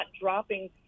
dropping